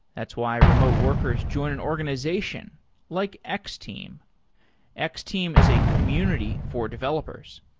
that's why remote workers join an organization like x-team. x-team is a community for developers.